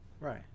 Right